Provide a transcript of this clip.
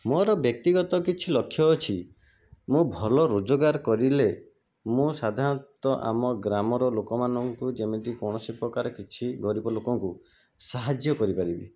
ମୋର ବ୍ୟକ୍ତିଗତ କିଛି ଲକ୍ଷ୍ୟ ଅଛି ମୁଁ ଭଲ ରୋଜଗାର କରିଲେ ମୁଁ ସାଧାରଣତଃ ଆମ ଗ୍ରାମର ଲୋକମାନଙ୍କୁ ଯେମିତି କୌଣସି ପ୍ରକାର କିଛି ଗରିବ ଲୋକଙ୍କୁ ସାହାଯ୍ୟ କରିପାରିବି